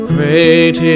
Great